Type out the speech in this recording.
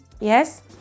Yes